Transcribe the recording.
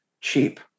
cheap